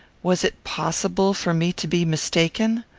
was it possible for me to be mistaken?